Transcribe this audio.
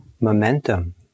momentum